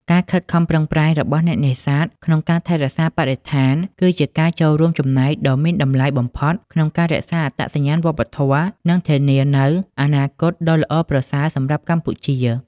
ការខិតខំប្រឹងប្រែងរបស់អ្នកនេសាទ ក្នុងការថែរក្សាបរិស្ថាន គឺជាការចូលរួមចំណែកដ៏មានតម្លៃបំផុតក្នុងការរក្សាអត្តសញ្ញាណវប្បធម៌ និងធានានូវអនាគតដ៏ល្អប្រសើរសម្រាប់កម្ពុជា។